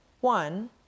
One